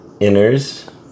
inners